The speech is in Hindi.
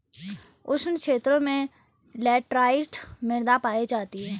उष्ण क्षेत्रों में लैटराइट मृदा पायी जाती है